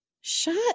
Shut